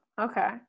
Okay